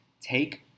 Take